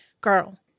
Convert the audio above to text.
girl